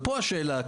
פה השאלה,